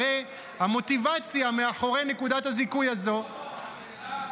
הרי המוטיבציה מאחורי נקודת הזיכוי הזאת --- אבל שלמה,